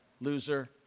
loser